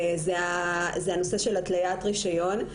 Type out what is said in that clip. זה הנושא של התליית רישיון.